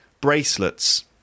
bracelets